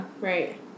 Right